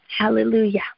Hallelujah